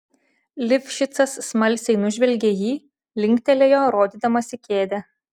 lifšicas smalsiai nužvelgė jį linktelėjo rodydamas į kėdę